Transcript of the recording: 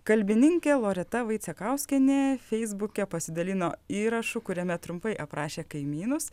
kalbininkė loreta vaicekauskienė feisbuke pasidalino įrašu kuriame trumpai aprašė kaimynus